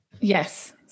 Yes